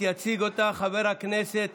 יציג אותה חבר הכנסת